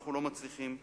אנחנו לא מצליחים לבצע.